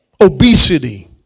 Obesity